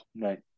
Right